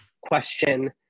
question